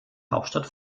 hauptstadt